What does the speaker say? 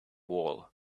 wall